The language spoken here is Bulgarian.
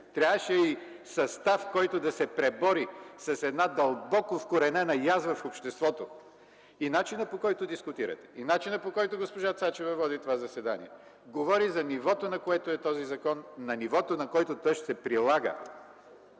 Трябваше й състав, който да се пребори с една дълбоко вкоренена язва в обществото. Начинът, по който дискутирате, и начинът, по който госпожа Цачева води това заседание, говори за нивото, на което е този закон, на нивото, на което той ще се прилага.